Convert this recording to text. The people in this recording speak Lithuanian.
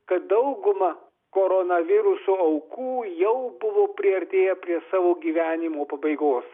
kad dauguma koronaviruso aukų jau buvo priartėję prie savo gyvenimo pabaigos